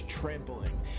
trampling